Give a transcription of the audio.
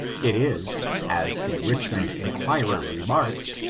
it is, as the richmond enquirer remarks,